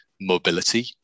mobility